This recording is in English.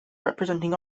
representing